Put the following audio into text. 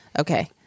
Okay